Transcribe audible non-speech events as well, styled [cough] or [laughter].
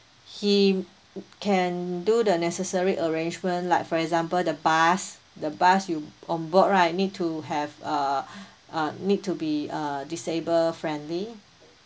he can do the necessary arrangement like for example the bus the bus you on board right need to have uh [breath] uh need to be uh disable friendly